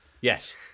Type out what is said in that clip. Yes